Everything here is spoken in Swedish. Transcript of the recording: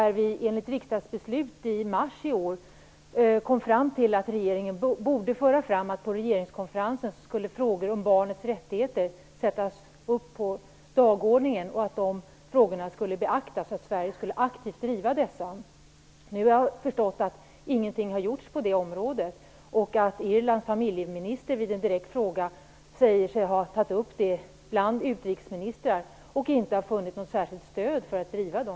Riksdagen beslöt i mars i år att regeringen borde föra fram att frågor om barnets rättigheter skulle sättas upp på regeringskonferensens dagordning och beaktas där. Sverige skulle aktivt driva detta. Nu har jag förstått att ingenting har gjorts på det området, och att Irlands familjeminister vid en direkt fråga säger sig ha tagit upp frågorna bland utrikesministrarna och inte funnit något särskilt stöd för att driva dem.